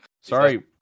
Sorry